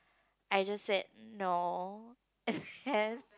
I just said no then